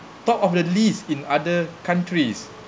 top of the list in other countries